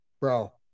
bro